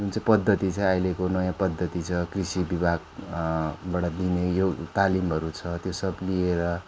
जुन चाहिँ पद्धति छ अहिलेको नयाँ पद्धति छ कृषि विभाग बाट दिने यो तालिमहरू छ त्यो सब लिएर